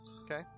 Okay